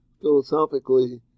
philosophically